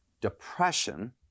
depression